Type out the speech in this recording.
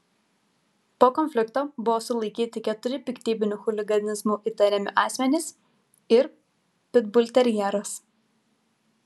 po konflikto buvo sulaikyti keturi piktybiniu chuliganizmu įtariami asmenys ir pitbulterjeras